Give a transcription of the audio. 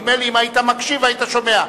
נדמה לי שאם היית מקשיב היית שומע.